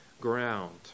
ground